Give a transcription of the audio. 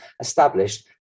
established